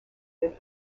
that